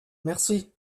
merci